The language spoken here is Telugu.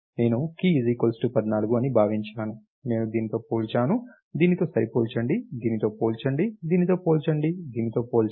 నేను కీ 14 అని భావించాను నేను దీనితో పోల్చాను దీనితో సరిపోల్చండి దీనితో పోల్చండి దీనితో పోల్చండి దీనితో పోల్చండి